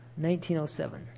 1907